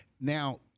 Now